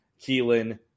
Keelan